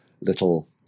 little